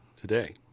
today